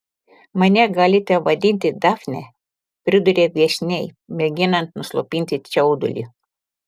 mane galite vadinti dafne priduria viešniai mėginant nuslopinti čiaudulį